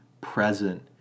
present